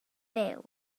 byw